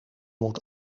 moet